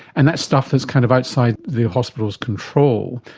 and that stuff is kind of outside the hospital's control.